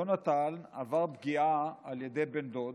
יהונתן עבר פגיעה על ידי בן דוד.